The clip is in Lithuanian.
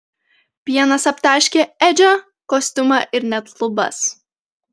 pienas aptaškė edžio kostiumą ir net lubas